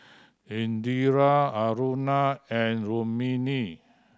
Indira Aruna and Rukmini